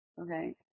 Okay